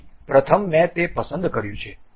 તેથી પ્રથમ મેં તે પસંદ કર્યું છે